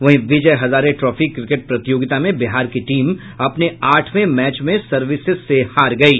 वहीं Vijay Hazare trophy cricket प्रतियोगिता में बिहार की टीम अपने आठवें मैच में सर्विसेज से हार गयी